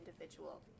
individual